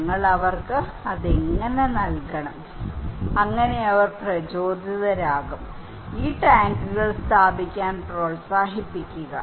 ഞങ്ങൾ അവർക്ക് എങ്ങനെ നൽകണം അങ്ങനെ അവർ പ്രചോദിതരാകും ഈ ടാങ്കുകൾ സ്ഥാപിക്കാൻ പ്രോത്സാഹിപ്പിക്കുക